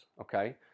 okay